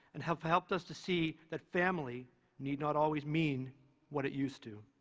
and have helped us to see that family need not always mean what it used to.